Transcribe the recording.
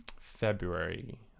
February